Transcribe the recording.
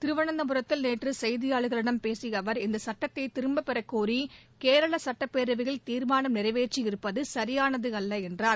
திருவனந்தபுரத்தில் நேற்றுசெய்தியாளர்களிடம் பேசிய அவர் இந்தசட்டத்தைதிரும்பப்பெறக்கோரிகேரளசட்டப்பேரவையில் தீர்மானம் நிறைவேற்றியிருப்பதுசியானதுஅல்லஎன்றார்